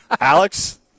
Alex